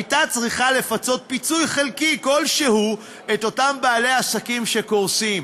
היא הייתה צריכה לפצות פיצוי חלקי כלשהו את אותם בעלי עסקים שקורסים.